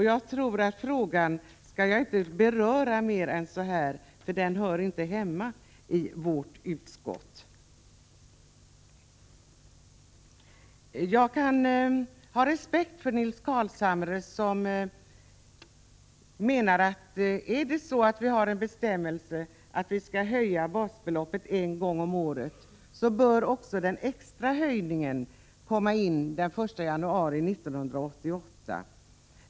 Jag tror inte att jag skall beröra den här frågan mer än så, eftersom den inte hör hemma i socialförsäkringsutskottet. Jag har respekt för Nils Carlshamres uppfattning att om vi nu har en bestämmelse om att basbeloppet skall höjas en gång om året, då bör också den extra höjningen träda i kraft den 1 januari 1988.